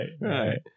right